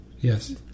Yes